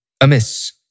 amiss